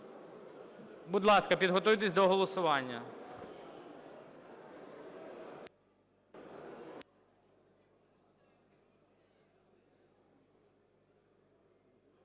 Будь ласка, підготуйтесь до голосування.